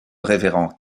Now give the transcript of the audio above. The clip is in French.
révérend